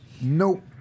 Nope